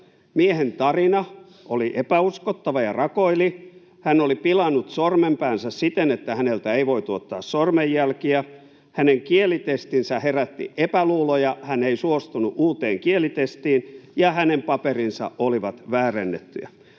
miehen tarina oli epäuskottava ja rakoili. Hän oli pilannut sormenpäänsä siten, että häneltä ei voitu ottaa sormenjälkiä. Hänen kielitestinsä herätti epäluuloja, hän ei suostunut uuteen kielitestiin, ja hänen paperinsa olivat väärennettyjä.